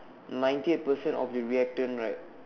ninety eight percent of the reactant right